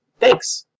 Thanks